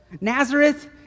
Nazareth